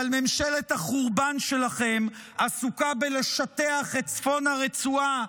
אבל ממשלת החורבן שלכם עסוקה בלשטח את צפון הרצועה,